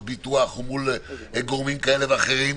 ביטוח או מול גורמים כאלה ואחרים,